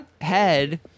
head